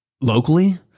locally